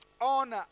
on